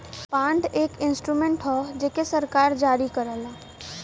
bond एक instrument हौ जेके सरकार जारी करला